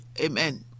Amen